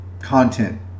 content